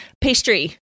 pastry